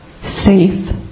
safe